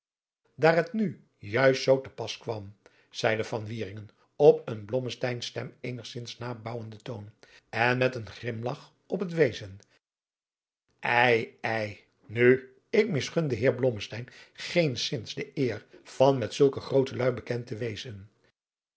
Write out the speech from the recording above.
daar het nu juist zoo te pas kwam adriaan loosjes pzn het leven van johannes wouter blommesteyn zeide van wieringen op een blommesteyns stem eenigzins nabaauwenden toon en met een grimlach op het wezen ei ei nu ik misgun den heer blommesteyn geenszins de eer van met zulke groote luî bekend te wezen